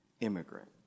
immigrant